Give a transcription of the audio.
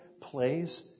plays